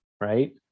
right